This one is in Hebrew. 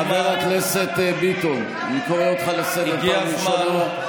חבר הכנסת ביטון, אני קורא אותך לסדר פעם ראשונה.